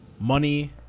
money